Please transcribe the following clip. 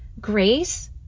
grace